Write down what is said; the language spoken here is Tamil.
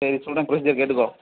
சரி சொல்கிறேன் ப்ரொசிஜர் கேட்டுக்கோ